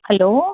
hello